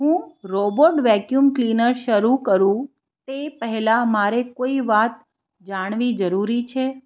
હું robot vacuum cleaner શરુ કરું તે પહેલાં મારે કોઈ વાત જાણવી જરૂરી છે